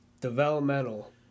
developmental